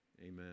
Amen